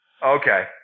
Okay